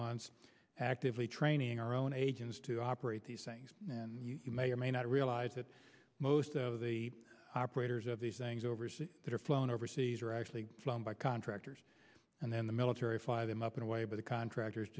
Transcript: months actively training our own agents to operate these things and you may or may not realize that most of the operators of these things overseas that are flown overseas are actually flown by contractors and then the military fire them up in a way by the contractors